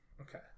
Okay